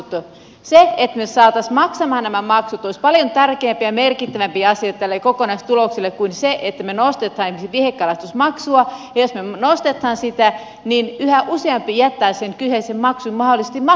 se että me saisimme ihmiset maksamaan nämä maksut olisi paljon tärkeämpi ja merkittävämpi asia tälle kokonaistulokselle kuin se että me nostaisimme viehekalastusmaksua ja jos me nostamme sitä yhä useampi jättää sen kyseisen maksun mahdollisesti maksamatta